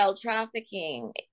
trafficking